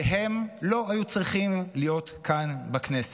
והם לא היו צריכים להיות כאן בכנסת,